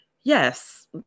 yes